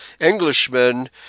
Englishmen